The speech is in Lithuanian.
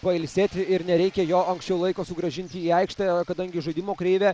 pailsėti ir nereikia jo anksčiau laiko sugrąžinti į aikštę kadangi žaidimo kreivė